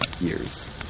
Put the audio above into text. years